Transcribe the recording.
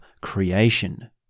creation